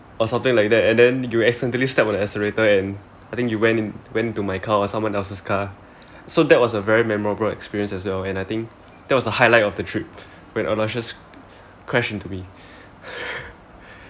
or something like that and then you accidentally stepped on the accelerator and I think you went went into my car or someone else's car so that was a very memorable experience as well and I think that was the highlight of the trip when aloysius crashed into me